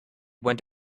went